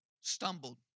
stumbled